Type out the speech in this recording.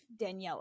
Daniela